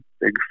Big